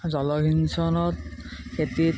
জলসিঞ্চনৰ খেতিত